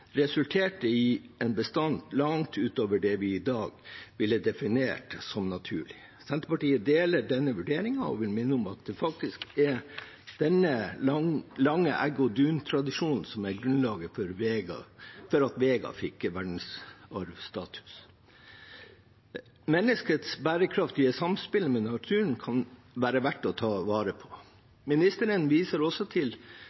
i en bestand langt utover det vi i dag ville definert som naturlig. Senterpartiet deler denne vurderingen og vil minne om at det faktisk er denne lange egg- og duntradisjonen som er grunnlaget for at Vega fikk verdensarvstatus. Menneskets bærekraftige samspill med naturen kan være verdt å ta vare på. Ministeren viser også til